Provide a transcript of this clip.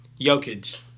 Jokic